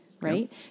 Right